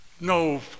No